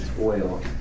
oil